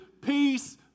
peace